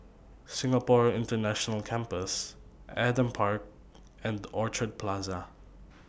Singapore International Campus Adam Park and Orchard Plaza